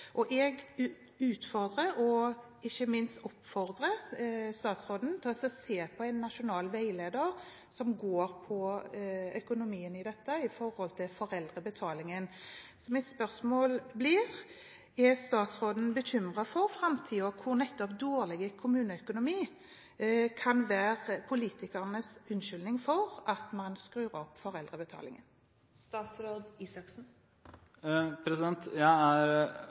og jeg utfordrer – og ikke minst oppfordrer – statsråden til å vurdere en nasjonal veileder om økonomien i dette knyttet til foreldrebetalingen. Så mitt spørsmål blir: Er statsråden bekymret for framtiden, hvor nettopp dårlig kommuneøkonomi kan være politikernes unnskyldning for å skru opp foreldrebetalingen? Jeg er for det første helt enig i at